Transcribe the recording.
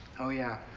oh, yeah.